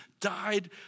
died